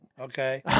Okay